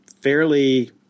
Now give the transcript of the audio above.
fairly